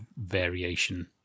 variation